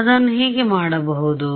ಅದನ್ನು ಮಾಡಬಹುದೇ